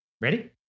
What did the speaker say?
Ready